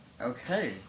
Okay